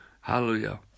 Hallelujah